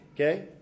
Okay